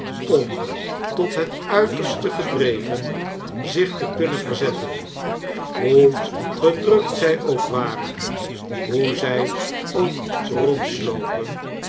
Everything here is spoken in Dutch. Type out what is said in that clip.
om tot het uiterste gedreven zich te kunnen verzetten hoe gedrukt zjj ook waren hoe zjj ook rondslopen